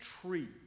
tree